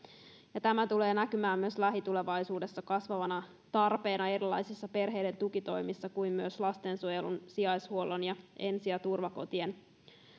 tämä tulee näkymään myös lähitulevaisuudessa kasvavana tarpeena erilaisissa perheiden tukitoimissa kuin myös lastensuojelun sijaishuollon ja ensi ja turvakotien